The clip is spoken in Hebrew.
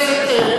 זה הזוי.